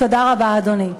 תודה רבה, אדוני.